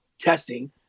testing